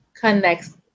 connects